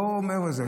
לא מעבר לזה.